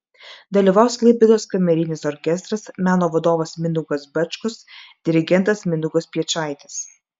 dalyvaus klaipėdos kamerinis orkestras meno vadovas mindaugas bačkus dirigentas mindaugas piečaitis